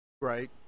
Right